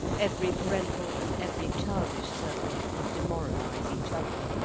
every parental and every childish circle would demoralize each other.